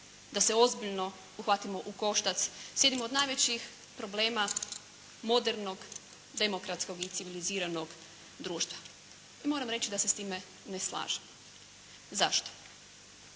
da se ozbiljno uhvatimo u koštac s jednim od najvećih problema modernog demokratskog i civiliziranog društva. I moram reći da se s time ne slažem. Zašto?